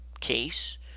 case